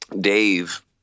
Dave